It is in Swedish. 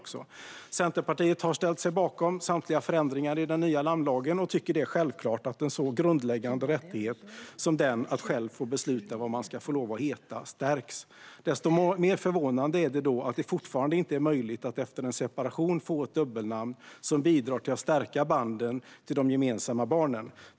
Centerpartiet har ställt sig bakom samtliga förändringar i den nya namnlagen och tycker att det är självklart att en så grundläggande rättighet som den att själv få bestämma vad man ska heta ska stärkas. Desto mer förvånande är det då att det fortfarande inte är möjligt att efter en separation få ett dubbelnamn som bidrar till att stärka banden till de gemensamma barnen.